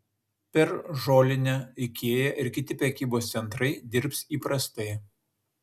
per žolinę ikea ir kiti prekybos centrai dirbs įprastai